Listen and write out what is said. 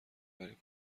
برای